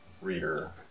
reader